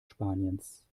spaniens